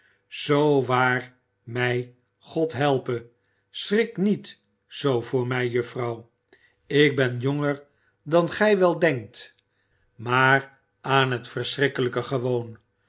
zoo waar mij god helpe schrik niet zoo voor mij mejuffrouw ik ben jonger dan gij wel denkt maar aan het verschrikkelijke gewoon